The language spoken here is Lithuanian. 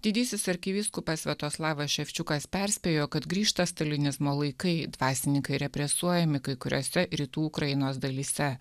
didysis arkivyskupas sviatoslavas ševčiukas perspėjo kad grįžta stalinizmo laikai dvasininkai represuojami kai kuriose rytų ukrainos dalyse